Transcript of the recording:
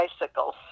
bicycles